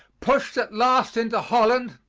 pushed at last into holland,